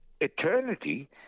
eternity